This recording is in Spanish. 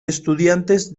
estudiantes